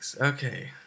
Okay